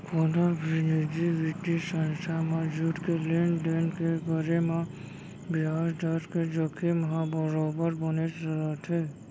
कोनो भी निजी बित्तीय संस्था म जुड़के लेन देन के करे म बियाज दर के जोखिम ह बरोबर बनेच रथे